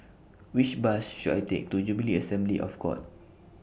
Which Bus should I Take to Jubilee Assembly of God